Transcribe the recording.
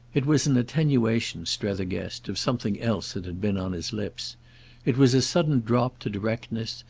it was an attenuation, strether guessed, of something else that had been on his lips it was a sudden drop to directness,